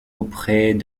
auprès